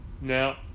Now